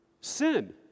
sin